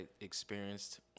experienced